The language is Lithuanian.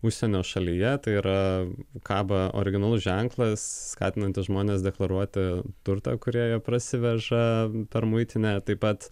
užsienio šalyje tai yra kaba originalus ženklas skatinantis žmones deklaruoti turtą kurio jie prasiveža per muitinę taip pat